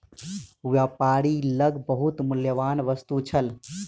व्यापारी लग बहुत मूल्यवान वस्तु छल